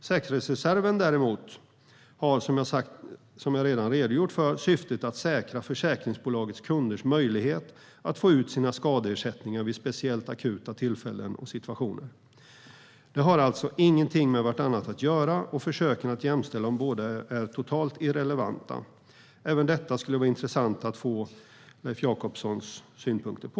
Säkerhetsreserven har däremot, som jag redan har redogjort för, syftet att säkra försäkringsbolagets kunders möjligheter att få ut sina skadeersättningar vid speciellt akuta tillfällen och situationer. De har alltså ingenting med varandra att göra, och försöken att jämställa de båda är totalt irrelevanta. Även detta skulle det vara intressant att få Leif Jakobssons synpunkter på.